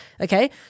Okay